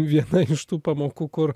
viena iš tų pamokų kur